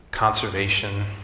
conservation